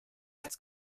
als